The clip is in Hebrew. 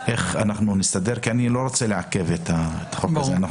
איך אנחנו נסתדר כי אני לא רוצה לעכב את החוק הזה.